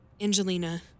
Angelina